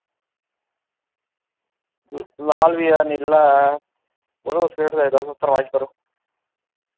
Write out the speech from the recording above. लाल जेहा नीला ऐ थुआढ़े कोल केह्ड़ा ऐ तुस फरमाईश करो